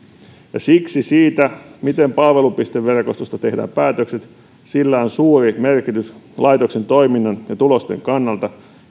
siksi sillä miten palvelupisteverkostosta tehdään päätökset on suuri merkitys laitoksen toiminnan ja tulosten kannalta